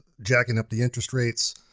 jacking up the interest rates.